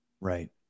Right